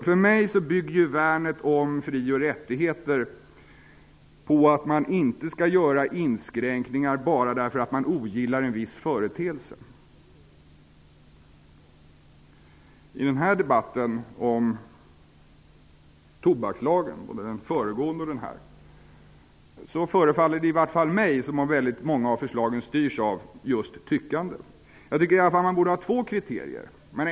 För mig bygger värnet om fri och rättigheter på att man inte skall göra inskränkningar bara därför att man ogillar en viss företeelse. I både den föregående och den här debatten om tobakslagen förefaller det i vart fall mig som om många av förslagen styrs av just tyckande. Man borde i alla fall ha två kriterier.